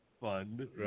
fund